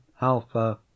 Alpha